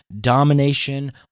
domination